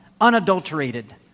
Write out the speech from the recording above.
unadulterated